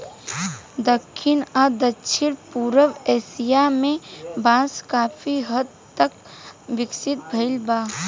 दखिन आ दक्षिण पूरब एशिया में बांस काफी हद तक विकसित भईल बा